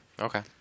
Okay